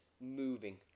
moving